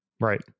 Right